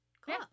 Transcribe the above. Cool